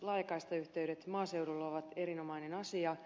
laajakaistayhteydet maaseudulla ovat erinomainen asia